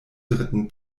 dritten